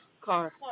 Car